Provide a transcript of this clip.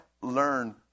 learn